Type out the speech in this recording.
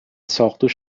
ساقدوش